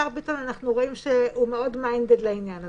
אנחנו רואים שהשר ביטון מאוד מיינדד לעניין הזה.